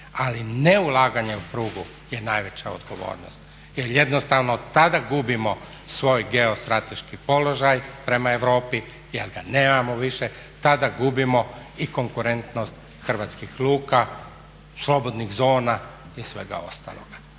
Ali ne ulaganje u prugu je najveća odgovornost jer jednostavno tada gubimo svoj geo strateški položaj prema Europi, jer ga nemamo više, tada gubimo i konkurentnost hrvatskih luka, slobodnih zona i svega ostaloga.